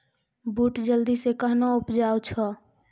बूट जल्दी से कहना उपजाऊ छ?